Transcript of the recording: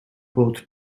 both